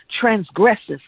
transgresses